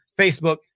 Facebook